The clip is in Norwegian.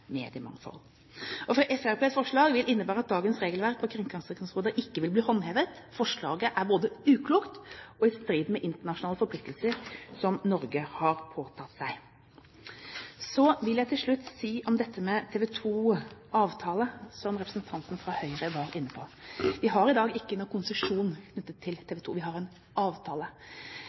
mediemangfold. Fremskrittspartiets forslag vil innebære at dagens regelverk på kringkastingsområdet ikke vil bli håndhevet. Forslaget er både uklokt og i strid med internasjonale forpliktelser som Norge har påtatt seg. Så vil jeg til slutt si til TV 2-avtalen, som representanten fra Høyre var inne på: Vi har i dag ingen konsesjon knyttet til TV 2; vi har en avtale.